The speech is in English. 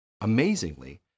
Amazingly